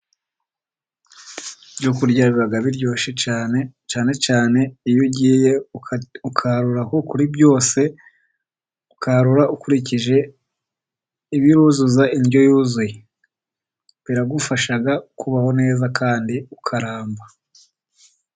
Ibyo kurya biba biryoshye cyane, cyane cyane iyo ugiye ukaruraho kuri byose, ukarura ukurikije ibiruzuza indyo yuzuye. Biragufasha kubaho neza, kandi ukaramba.